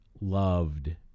loved